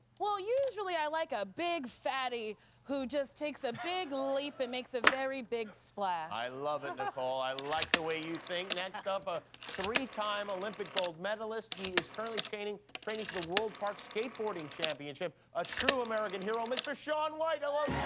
well, usually i like a big fatty who just takes a big leap and makes a very big splash. jimmy kimmel i love it, nicole. i like the way you think. next up, a three time olympic gold medalist. he is currently training training for the world park skateboarding championship. a true american hero, mr. shaun white. hello,